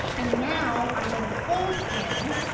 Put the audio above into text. and now i'm going to fold in